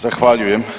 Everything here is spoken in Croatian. Zahvaljujem.